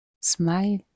smile